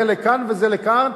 זה לכאן וזה לכאן,